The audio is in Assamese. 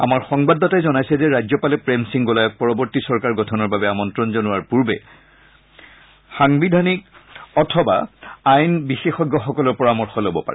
আমাৰ সংবাদদাতাই জনাইছে যে ৰাজ্যপালে প্ৰেম সিং গোলায়ক পৰৱৰ্ত্ত্বৈ চৰকাৰ গঠনৰ বাবে আমন্তণ জনোৱাৰ পূৰ্বে সাংবিধানিক অথবা আইন বিশেষজসকলৰ পৰামৰ্শ ল'ব পাৰে